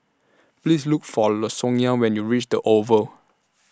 Please Look For Lasonya when YOU REACH The Oval